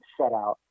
shutout